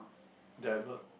they are not